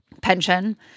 pension